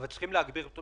תשמעו את העם.